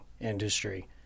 industry